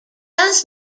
does